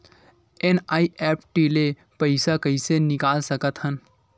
NEFT ले पईसा कइसे निकाल सकत हन?